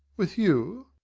with you!